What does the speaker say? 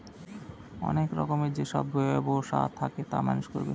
অনেক রকমের যেসব ব্যবসা থাকে তা মানুষ করবে